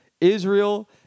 Israel